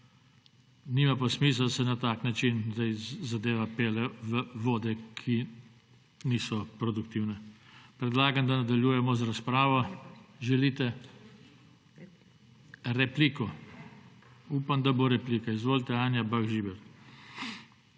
Nima pa smisla, da se na tak način sedaj zadeve pelje v vode, ki niso produktivne. Predlagam, da nadaljujemo razpravo. Želite? Repliko? Upam, da bo replika. Izvolite, Anja Bah Žibert.